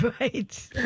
Right